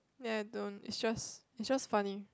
ya I don't it's just it's just funny